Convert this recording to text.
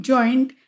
Joint